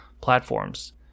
platforms